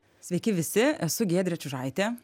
sveiki visi esu giedrė čiužaitė